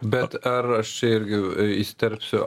bet ar aš čia irgi įsiterpsiu